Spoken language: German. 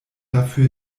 dafür